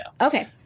Okay